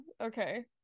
Okay